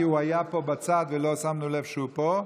כי הוא היה פה בצד ולא שמנו לב שהוא פה.